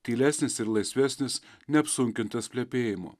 tylesnis ir laisvesnis neapsunkintas plepėjimu